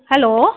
hello